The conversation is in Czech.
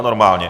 Normálně.